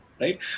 right